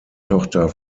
tochter